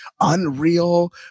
unreal